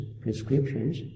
prescriptions